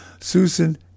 Susan